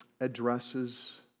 addresses